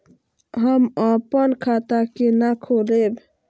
हम आपन खाता केना खोलेबे?